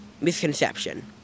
misconception